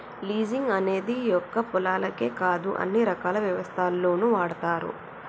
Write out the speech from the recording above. leasing అనేది ఒక్క పొలాలకే కాదు అన్ని రకాల వ్యవస్థల్లోనూ వాడతారు